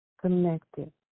connected